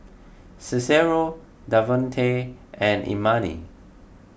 Cicero Davonte and Imani